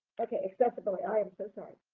okay, accessibility. i am so sorry.